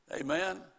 Amen